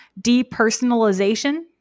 depersonalization